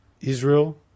Israel